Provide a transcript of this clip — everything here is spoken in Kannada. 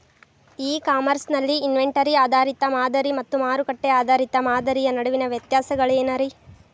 ಇ ಕಾಮರ್ಸ್ ನಲ್ಲಿ ಇನ್ವೆಂಟರಿ ಆಧಾರಿತ ಮಾದರಿ ಮತ್ತ ಮಾರುಕಟ್ಟೆ ಆಧಾರಿತ ಮಾದರಿಯ ನಡುವಿನ ವ್ಯತ್ಯಾಸಗಳೇನ ರೇ?